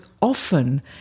often